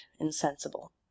insensible